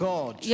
God